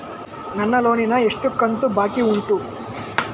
ನನ್ನ ಲೋನಿನ ಎಷ್ಟು ಕಂತು ಬಾಕಿ ಉಂಟು?